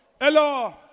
Hello